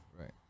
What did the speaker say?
Right